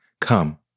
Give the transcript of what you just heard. Come